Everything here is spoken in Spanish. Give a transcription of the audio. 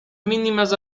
mínimas